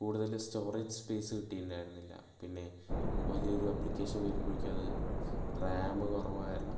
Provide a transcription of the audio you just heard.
കൂടുതൽ storage space കിട്ടിയിട്ടുണ്ടായിരുന്നില്ല പിന്നെ വലിയൊരു ആപ്ലിക്കേഷൻ വരുമ്പോഴത്തേക്കും അത് റാം കുറവ് കാരണം